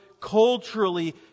culturally